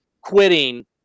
quitting